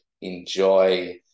enjoy